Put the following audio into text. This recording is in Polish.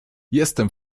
jestem